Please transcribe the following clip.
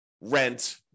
rent